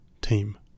team